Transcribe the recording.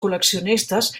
col·leccionistes